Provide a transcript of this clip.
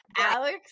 alex